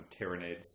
Tyranids